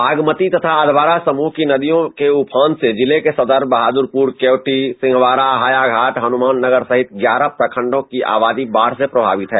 बागमती तथा अधवारा समूह की नदियों के उफान से जिले के सदर बहादुरपुर केवटी सिंहवारा हायाघाट हनुमान नगर सहित ग्यारह प्रखंडों की आवादी बाढ़ से प्रभावित है